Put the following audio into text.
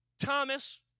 Thomas